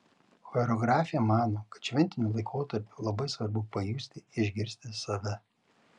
choreografė mano kad šventiniu laikotarpiu labai svarbu pajusti išgirsti save